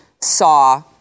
saw